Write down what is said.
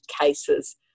cases